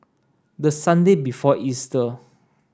the Sunday before Easter